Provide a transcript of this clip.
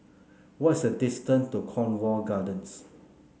what's the distance to Cornwall Gardens